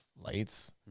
lights